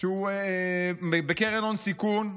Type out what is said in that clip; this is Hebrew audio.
שהוא בקרן הון סיכון,